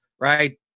right